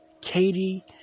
Katie